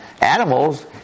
animals